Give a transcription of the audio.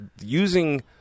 using